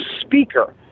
speaker